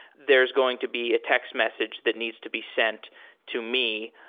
there is going to be a text message that needs to be sent to me.